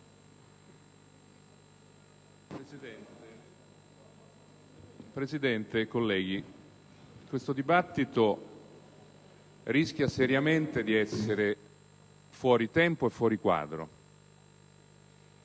Presidente, colleghi, questo dibattito rischia seriamente di essere fuori tempo e fuori quadro.